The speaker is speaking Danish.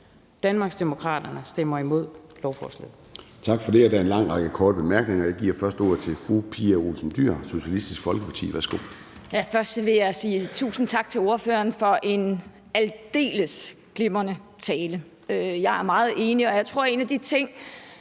Danmarksdemokraterne stemmer imod lovforslaget.